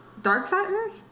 Darksiders